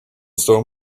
stole